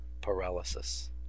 Paralysis